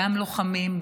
גם לוחמים,